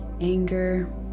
anger